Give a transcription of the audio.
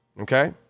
Okay